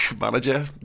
manager